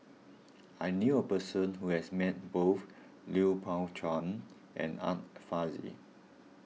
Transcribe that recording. I knew a person who has met both Lui Pao Chuen and Art Fazil